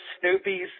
Snoopy's